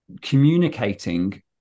communicating